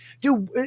dude